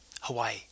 Hawaii